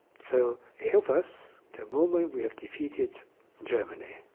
so help us. the moment we have defeated germany,